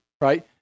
right